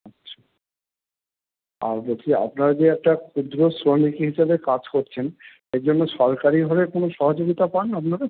আচ্ছা আর বলছি আপনারা যে একটা ক্ষুদ্র শ্রমিক হিসেবে কাজ করছেন এর জন্য সরকারিভাবে কোনো সহযোগিতা পান আপনারা